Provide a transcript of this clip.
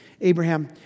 Abraham